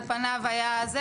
על פניו היה זה,